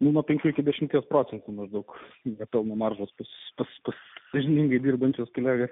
nuo penkių iki dešimties procentų nusuks į tolumą rusus sąžiningai dirbančius kolegas